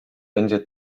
będzie